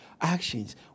Actions